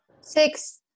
Six